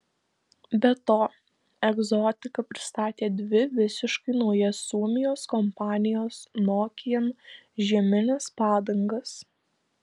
be to egzotika pristatė dvi visiškai naujas suomijos kompanijos nokian žiemines padangas